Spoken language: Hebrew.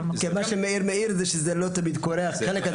כן, מה שמאיר מעיר שזה לא תמיד קורה החלק הזה.